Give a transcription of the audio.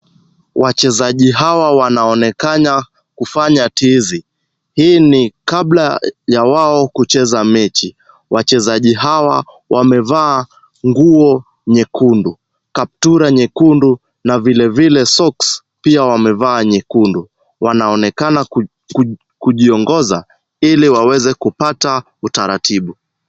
Wachezaji hawa wanaonekana kufanya tizi . Hii ni kabla ya wao kucheza mechi. Wachezaji hawa wamevaa nguo nyekundu, kaptura nyekundu na vilevile socks pia wamevaa nyekundu. Wanaonekana kujiongoza ili waweze kupata utaratibu.